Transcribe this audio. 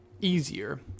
easier